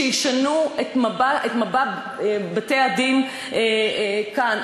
שישנו את בתי-הדין כאן.